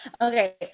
Okay